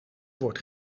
wordt